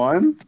one